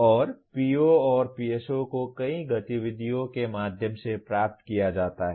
और PO और PSO को कई गतिविधियों के माध्यम से प्राप्त किया जाता है